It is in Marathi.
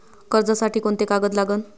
कर्जसाठी कोंते कागद लागन?